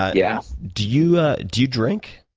yes. do you ah do you drink?